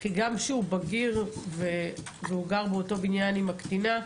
כי גם שהוא בגיר והוא גר באותו בניין עם הקטינה,